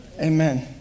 Amen